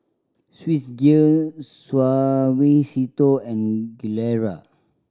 Swissgear Suavecito and Gilera